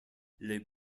les